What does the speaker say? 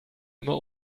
immer